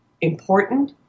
important